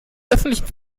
öffentlichen